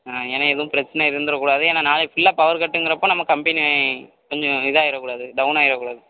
ஏன்னா எதுவும் பிரச்சனை எதுவும் இருந்துவிட கூடாது ஏன்னா நாளைக்கு ஃபுல்லா பவர் கட்டுங்குறப்போ நம்ம கம்பெனி கொஞ்சம் இதாக ஆகிடக்கூடாது டவுன் ஆகிடக்கூடாது